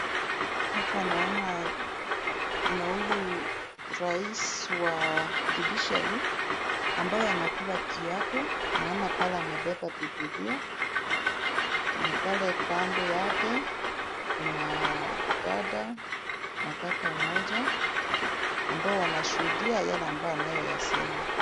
Hapa naona kuna huyu rais wa judiciary ambaye anakula kiapo, maana pale amebeba biblia na pale kando yake kuna dada na kaka mmoja ambao wanashuhudia yale ambayo anayoyasema.